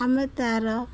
ଆମେ ତାର